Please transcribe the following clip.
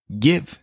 give